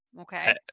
Okay